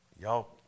Y'all